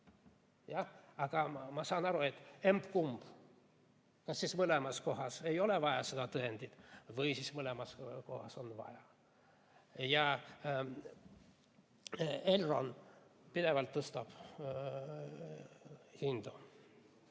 Aga ma saan aru, et emb-kumb: kas siis kummaski kohas ei ole vaja seda tõendit või siis mõlemas kohas on vaja. Elron pidevalt tõstab hinda.